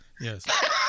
Yes